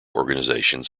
organizations